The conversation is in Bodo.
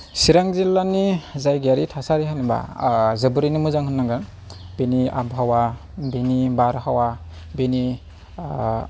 चिरां जिल्लानि जायगायारि थासारि होनबा जोबोरैनो मोजां होननांगोन बेनि आबहावा बेनि बारहावा बेनि